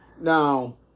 Now